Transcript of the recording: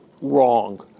wrong